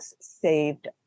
saved